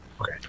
Okay